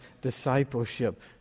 discipleship